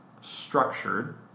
structured